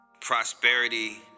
prosperity